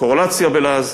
קורלציה בלעז,